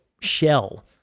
shell